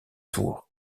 tour